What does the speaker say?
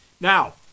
Now